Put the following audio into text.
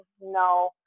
no